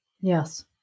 Yes